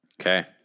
Okay